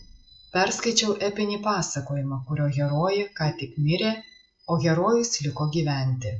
perskaičiau epinį pasakojimą kurio herojė ką tik mirė o herojus liko gyventi